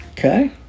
Okay